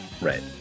Right